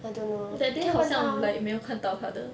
that day 好像 like 没有看到他的